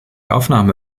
aufnahme